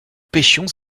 pêchions